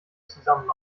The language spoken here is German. zusammen